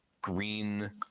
green